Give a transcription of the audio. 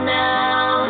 now